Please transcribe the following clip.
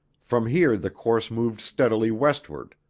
from here the course moved steadily westward,